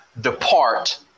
depart